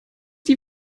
die